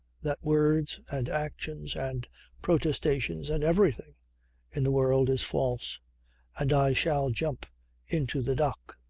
that words and actions and protestations and everything in the world is false and i shall jump into the dock.